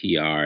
PR